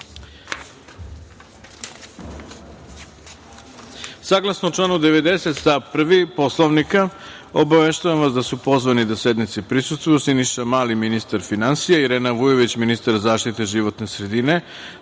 GODINESaglasno članu 90. stav 1. Poslovnika, obaveštavam vas da su pozvani da sednici prisustvuju Siniša Mali, ministar finansija, Irena Vujović, ministar zaštite životne sredine,